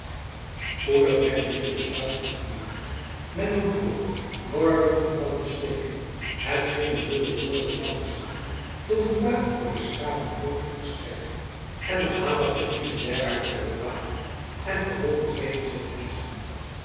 spoedig werd nu het besluit opgemaakt men nam voor norwert in brand te steken hetgeen het dubbel voordeel zou verschaffen tot een baak voor des graven vloot te verstrekken en de aandacht der friezen derwaarts te bepalen en vervolgens weder zee te kiezen